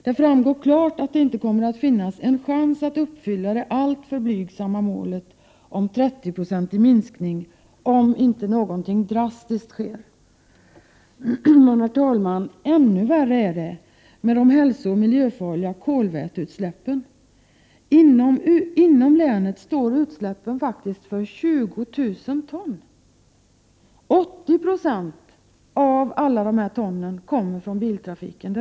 Det framgår klart att det inte kommer att finnas en chans att uppfylla det alltför blygsamma målet en 30-procentig minskning, om inte något drastiskt sker. Herr talman! Det är ännu värre med de hälsooch miljöfarliga kolväteutsläppen. Inom länet släpps det faktiskt ut 20 000 ton, och i denna rapport redovisas att 80 96 kommer från biltrafiken.